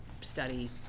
study